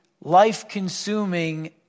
life-consuming